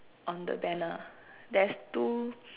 on the banner there's two